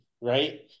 right